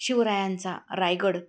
शिवरायांचा रायगड